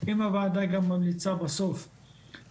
עד כאן באופן כללי.